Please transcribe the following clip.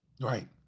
Right